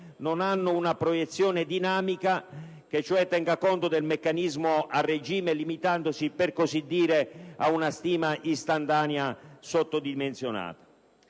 non hanno una proiezione dinamica, che cioè tenga conto del meccanismo a regime, limitandosi, per così dire, ad una stima istantanea sottodimensionata.